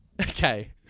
Okay